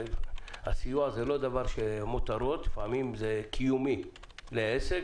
הסיוע הוא לא מותרות, אלא עניין קיומי לעסק.